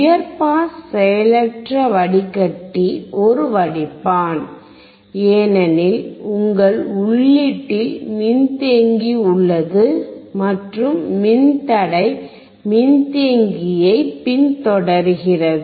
உயர் பாஸ் செயலற்ற வடிகட்டி ஒரு வடிப்பான் ஏனெனில் உங்கள் உள்ளீட்டில் மின்தேக்கி உள்ளது மற்றும் மின்தடை மின்தேக்கியைப் பின்தொடர்கிறது